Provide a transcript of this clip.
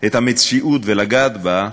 את המציאות ולגעת בה,